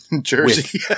Jersey